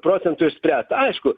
procentų išspręsta aišku